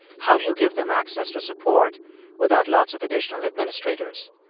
how do you give them access to support without lots of additional administrators?